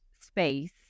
space